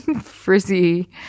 frizzy